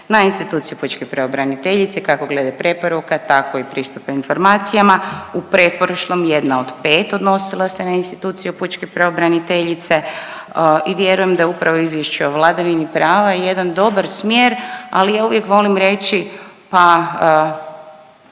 na instituciju pučke pravobraniteljice kako glede preporuka tako i pristupa informacijama. U pretprošlom jedna od pet odnosila se na institucije pučke pravobraniteljice i vjerujem da upravo Izvješće o vladavini prava je jedan dobar smjer. Ali ja uvijek volim reći pa